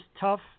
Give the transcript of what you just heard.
tough